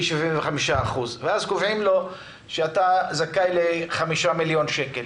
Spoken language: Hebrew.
75% וקובעים לו שהוא זכאי ל-5 מיליון שקל.